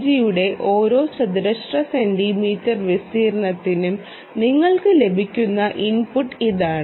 ജിയുടെ ഓരോ ചതുരശ്ര സെന്റിമീറ്റർ വിസ്തീർണ്ണത്തിനും നിങ്ങൾക്ക് ലഭിക്കുന്ന ഇൻപുട്ട് ഇതാണ്